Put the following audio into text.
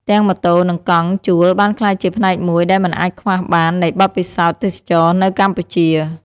ទាំងម៉ូតូនិងកង់ជួលបានក្លាយជាផ្នែកមួយដែលមិនអាចខ្វះបាននៃបទពិសោធន៍ទេសចរណ៍នៅកម្ពុជា។